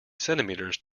centimeters